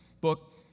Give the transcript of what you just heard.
book